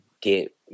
get